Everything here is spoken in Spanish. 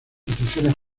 instituciones